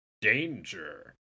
Danger